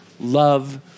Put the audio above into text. love